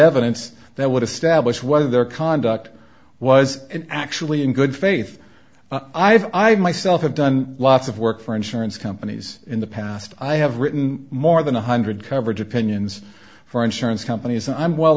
evidence that would establish whether their conduct was actually in good faith i myself have done lots of work for insurance companies in the past i have written more than one hundred coverage opinions for insurance companies and i'm well